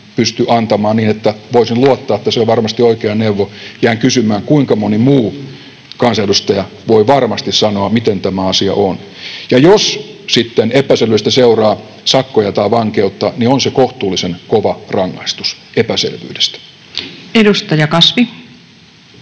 pysty antamaan, niin että voisin luottaa, että se on varmasti oikea neuvo, jään kysymään, kuinka moni muu kansanedustaja voi varmasti sanoa, miten tämä asia on. Ja jos sitten epäselvyydestä seuraa sakkoja tai vankeutta, niin on se kohtuullisen kova rangaistus epäselvyydestä. [Speech 133]